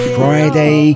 Friday